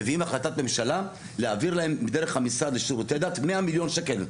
מביאים החלטת ממשלה להעביר להם דרך המשרד לשירותי דת 100 מיליון שקל.